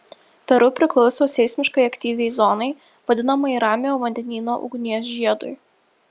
peru priklauso seismiškai aktyviai zonai vadinamai ramiojo vandenyno ugnies žiedui